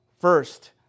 First